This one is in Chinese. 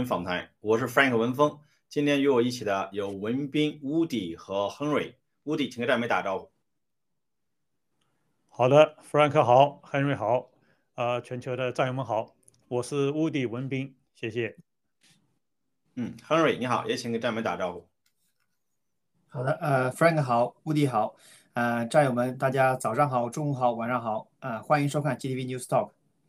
访谈，我是Frank文峰，今天与我一起的有文斌、Woody和Henry。Woody，请给战友们打招呼。好的，Frank好，Henry好，呃，全球的战友们好，我是Woody文斌，谢谢。嗯，Henry，你好，也请给战友们打招呼。好的，呃，Frank好，Woody好，呃，战友们，大家早上好，中午好，晚上好，呃，欢迎收看GTV News Talk。